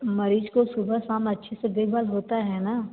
मरीज़ को सुबह शाम अच्छे से देख भाल होता है ना